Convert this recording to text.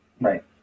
Right